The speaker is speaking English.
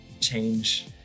change